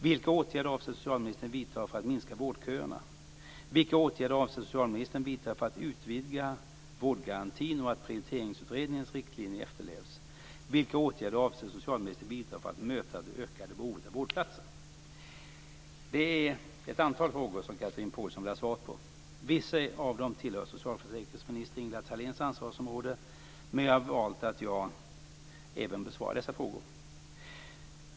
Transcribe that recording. Det är ett antal frågor som Chatrine Pålsson vill ha svar på. Vissa av dem tillhör socialförsäkringsminister Ingela Thaléns ansvarsområde, men vi har valt att jag även besvarar dessa frågor.